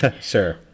Sure